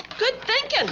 good thinking.